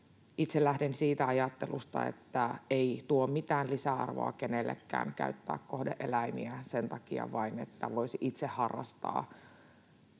itse lähden siitä ajattelusta, että ei tuo mitään lisäarvoa kenellekään käyttää kohde-eläimiä vain sen takia, että voisi itse harrastaa